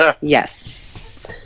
Yes